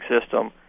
system